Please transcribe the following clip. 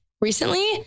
Recently